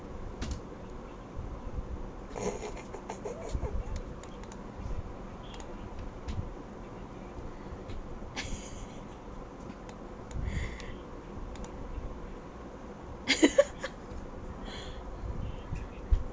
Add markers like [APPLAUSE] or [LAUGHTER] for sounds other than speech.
leh [LAUGHS] [BREATH] [LAUGHS] [BREATH]